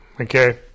Okay